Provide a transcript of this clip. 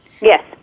Yes